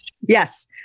Yes